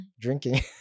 drinking